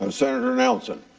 um senator nelson.